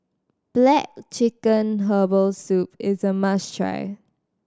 black chicken herbal soup is a must try